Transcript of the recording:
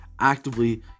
actively